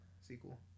sequel